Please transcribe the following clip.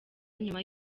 nyuma